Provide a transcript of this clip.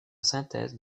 synthèse